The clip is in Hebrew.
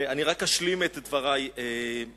רק אשלים את דברי קודם.